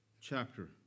chapter